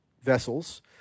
vessels